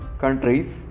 countries